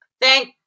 thank